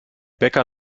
bäcker